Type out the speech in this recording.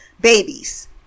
babies